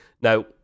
Now